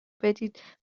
بدید